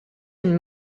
and